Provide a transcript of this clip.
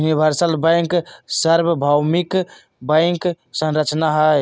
universal bank सर्वभौमिक bank संरचना हई